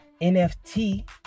NFT